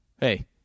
Hey